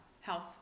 Health